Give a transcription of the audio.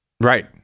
right